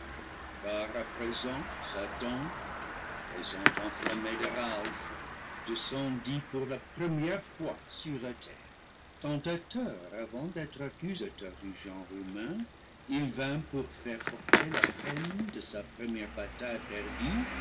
car à présent satan à présent enflammé de rage descendit pour la première fois sur la terre tentateur avant d'être accusateur du genre humain il vint pour faire porter la peine de sa première bataille perdue